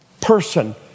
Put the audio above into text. person